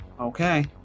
Okay